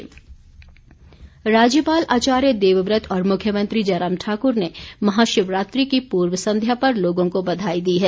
बधाई राज्यपाल आचार्य देवव्रत और मुख्यमंत्री जयराम ठाकुर ने महाशिवरात्रि की पूर्व संध्या पर लोगों को बधाई दी है